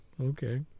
Okay